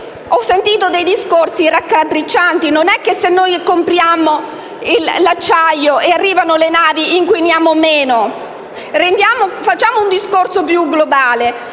Ho sentito discorsi raccapriccianti: non è che se compriamo l'acciaio che arriva con le navi inquiniamo meno. Facciamo un discorso più globale,